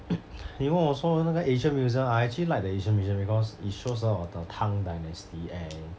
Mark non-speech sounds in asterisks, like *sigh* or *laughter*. *coughs* 你问我说的那个 asian museum I actually like asian museum because it shows a lot of the tang dynasty and